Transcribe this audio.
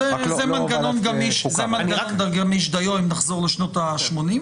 זה מנגנון גמיש דיו, אם נחזור לשנות ה-80.